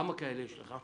כמה כאלה יש לך?